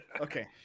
Okay